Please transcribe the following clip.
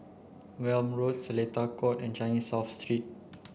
Welm Road Seletar Court and Changi South Street